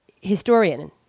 historian